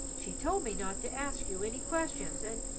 she told me not to ask you any questions, and,